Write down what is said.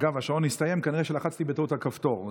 אגב, השעון הסתיים, כנראה שלחצתי בטעות על כפתור.